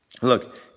look